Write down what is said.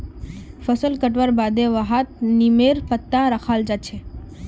फसल कटवार बादे वहात् नीमेर पत्ता रखाल् जा छे